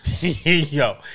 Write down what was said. Yo